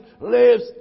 lives